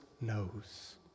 knows